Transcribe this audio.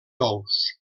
ous